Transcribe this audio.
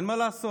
אתה אל תעיר לי.